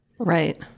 right